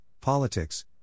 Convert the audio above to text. Politics